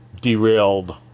derailed